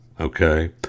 okay